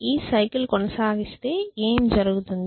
ఈ సైకిల్ కొనసాగిస్తే ఏమి జరుగుతుంది